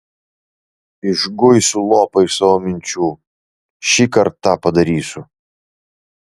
išguisiu lopą iš savo minčių šįkart tą padarysiu